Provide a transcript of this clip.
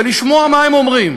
ולשמוע מה הם אומרים,